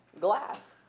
glass